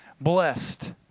blessed